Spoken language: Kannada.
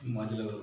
ಮೊದಲು